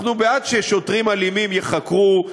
אנחנו בעד ששוטרים אלימים ייחקרו,